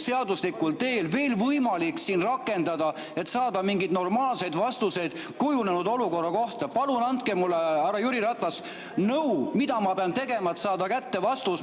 seaduslikul teel veel võimalik rakendada, et saada mingeid normaalseid vastuseid kujunenud olukorra kohta? Palun andke, härra Jüri Ratas, mulle nõu, mida ma pean tegema, et saada kätte vastus,